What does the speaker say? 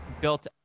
built